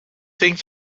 think